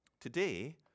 Today